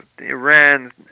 Iran